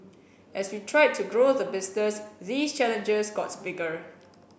as we tried to grow the business these challenges got bigger